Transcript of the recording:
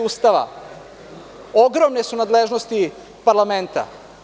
Ustava, ogromne su nadležnosti parlamenta.